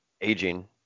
aging